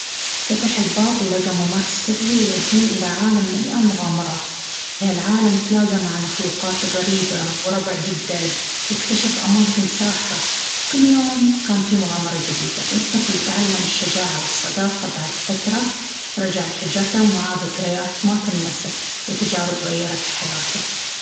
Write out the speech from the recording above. فتح الباب ولقى ممر سري يوديه إلى عالم مليان مغامرات. في هالعالم، تلاقى مع مخلوقات غريبة وربع جدد، واكتشف أماكن ساحرة. كل يوم كان فيه مغامرة جديدة، والطفل تعلم االشجاعة والصداقة. بعد فترة، رجع لحجرته ومعاه ذكريات ما تنسى وتجارب غيّرت حياته.